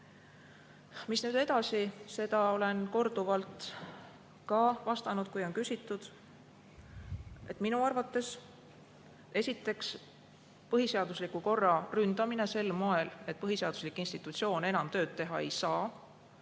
Mis nüüd edasi? Seda olen korduvalt ka vastanud, kui on küsitud. Minu arvates, esiteks, põhiseadusliku korra ründamine sel moel, et põhiseaduslik institutsioon enam tööd teha ei saa,